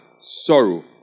sorrow